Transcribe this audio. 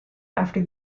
after